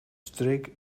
streek